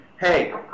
hey